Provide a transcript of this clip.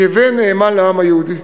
כבן נאמן לעם היהודי.